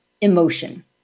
emotion